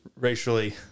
racially